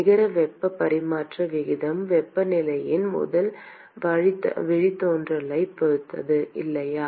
நிகர வெப்ப பரிமாற்ற வீதம் வெப்பநிலையின் முதல் வழித்தோன்றலைப் பொறுத்தது இல்லையா